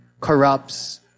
corrupts